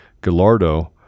Gallardo